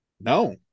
No